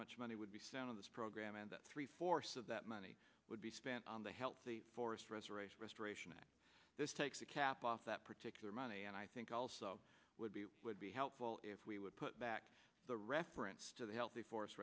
much money would be sound on this program and that three fourths of that money would be spent on the healthy forest restoration restoration act this takes a cap off that particular money and i think also would be would be helpful if we would put back the reference to the healthy for